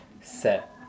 set